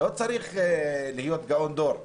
לא צריך להיות גאון דור.